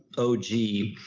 oh gee,